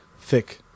thick